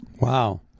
Wow